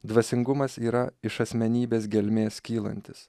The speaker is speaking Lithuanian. dvasingumas yra iš asmenybės gelmės kylantis